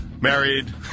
married